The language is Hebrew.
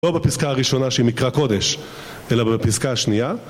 לא בפסקה הראשונה שהיא מקרא קודש, אלא בפסקה השנייה.